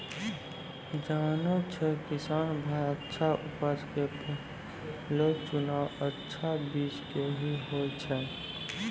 जानै छौ किसान भाय अच्छा उपज के पहलो चुनाव अच्छा बीज के हीं होय छै